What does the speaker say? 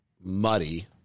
muddy